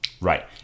Right